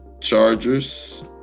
chargers